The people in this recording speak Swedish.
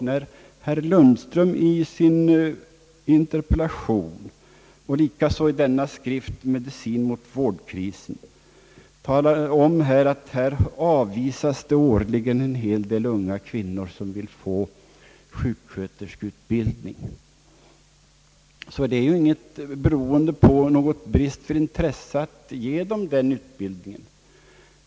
När herr Lundström i sin interpellation och man i denna skrift >»Medicin mot vårdkrisen« talar om att man årligen avvisar en hel del unga kvinnor som vill få sjuksköterskeutbildning, vill jag säga att det inte beror på brist på intresse att ge dem denna utbildning.